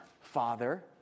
Father